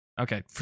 Okay